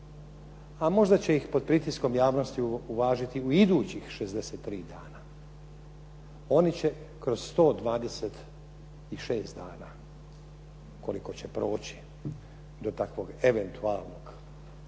a možda će ih pod pritiskom javnosti uvažiti u idućih 63 dana. Oni će kroz 126 dana koliko će proći do takve eventualne nove